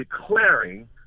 declaring